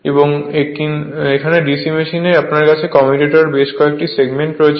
এবং কিন্তু প্রকৃত DC মেশিনে আপনার কাছে কমিউটারের বেশ কয়েকটি সেগমেন্ট রয়েছে